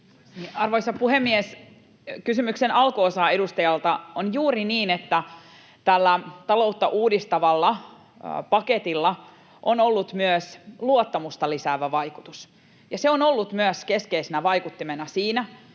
Arvoisa puhemies! Edustajan kysymyksen alkuosaan: On juuri niin, että tällä taloutta uudistavalla paketilla on ollut myös luottamusta lisäävä vaikutus, ja se on ollut myös keskeisenä vaikuttimena siinä,